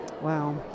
Wow